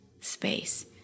space